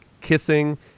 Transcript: kissing